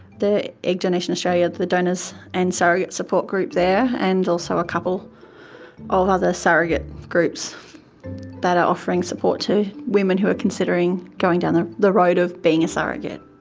the egg donation australia, the donors and surrogate support group there and also a couple of other surrogate groups that are offering support to women who are considering going down the the road of being a surrogate.